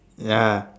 ya